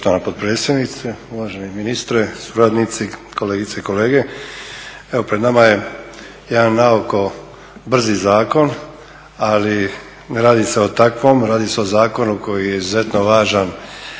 Hvala i vama